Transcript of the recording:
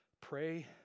pray